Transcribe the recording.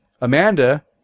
Amanda